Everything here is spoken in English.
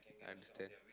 understand